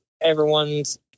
everyone's